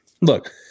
look